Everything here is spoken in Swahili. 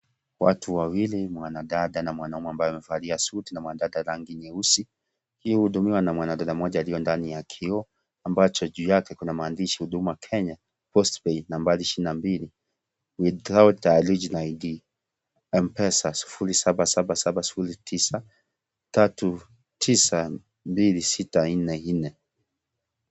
Watu wawili, mwanadada na mwanaume ambaye amevalia suti na mwanadada rangi nyeusi, hii hudumiwa na mwanadada mmoja aliyo ndani ya kioo, ambacho juu yake kuna maandishi "Huduma Kenya Post pay nambari ishirini na mbili without a reach na ID Mpesa sufuri saba saba saba sufuri tisa tatu ,tisa mbili sita, nne nne."